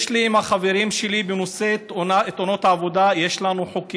לי ולחברים שלי יש חוקים בנושא תאונות העבודה שאושרו,